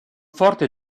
forte